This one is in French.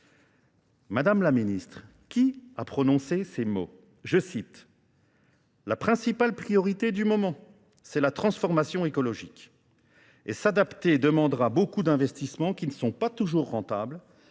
Madame la Ministre, qui a prononcé ces mots ?